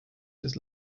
his